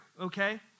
okay